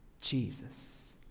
Jesus